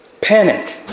panic